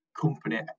company